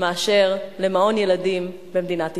מאשר למעון ילדים במדינת ישראל.